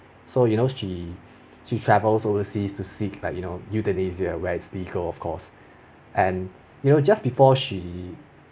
so you know she she travels overseas to seek like you know euthanasia where is legal of course and you know just before she